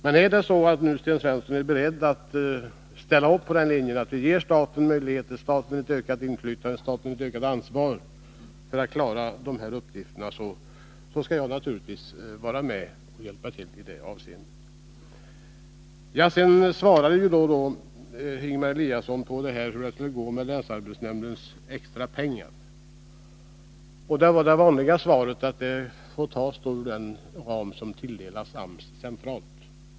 Men om Sten Svensson är beredd att ställa upp på den linje som innebär att vi ger staten möjligheter — ökat inflytande och ökat ansvar — att klara dessa uppgifter, så skall jag naturligtvis vara med och hjälpa till i det avseendet. Ingemar Eliasson svarade på frågan hur det skulle gå med länsarbetsnämndens extrapengar. Det var det vanliga svaret, att medlen får tas ur den ram som tilldelas AMS centralt.